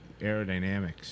aerodynamics